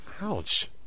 Ouch